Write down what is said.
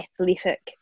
athletic